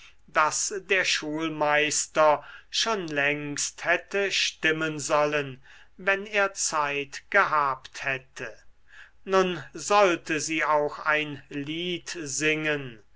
das der schulmeister schon längst hätte stimmen sollen wenn er zeit gehabt hätte nun sollte sie auch ein lied singen